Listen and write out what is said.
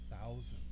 thousands